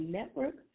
Network